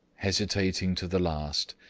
hesitating to the last,